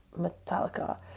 Metallica